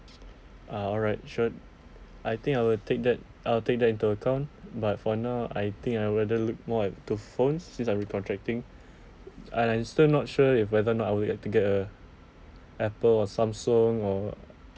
ah alright sure I think I will take that I'll take that into account but for now I think I rather look more at to phone since I recontracting I still not sure if whether not I were to get a apple or samsung or